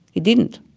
he didn't.